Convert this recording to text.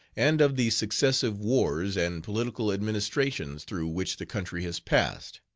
and of the successive wars and political administrations through which the country has passed.